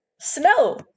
Snow